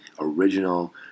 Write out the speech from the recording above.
original